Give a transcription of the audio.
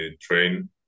train